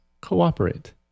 Cooperate